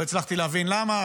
לא הצלחתי להבין למה,